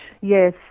yes